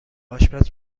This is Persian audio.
آشپز